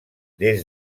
des